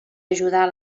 ajudar